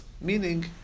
Meaning